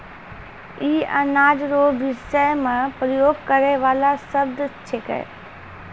ई अनाज रो विषय मे प्रयोग करै वाला शब्द छिकै